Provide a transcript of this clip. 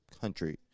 country